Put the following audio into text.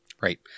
right